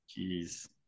Jeez